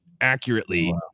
accurately